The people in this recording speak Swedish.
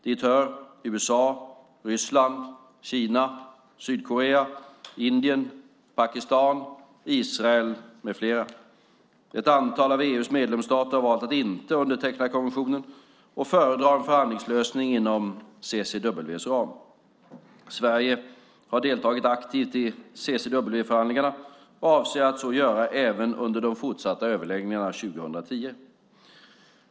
Dit hör USA, Ryssland, Kina, Sydkorea, Indien, Pakistan, Israel med flera. Ett antal av EU:s medlemsstater har valt att inte underteckna konventionen och föredrar en förhandlingslösning inom CCW:s ram. Sverige har aktivt deltagit i CCW-förhandlingarna och avser att så göra även under de fortsatta överläggningarna 2010.